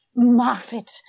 Moffat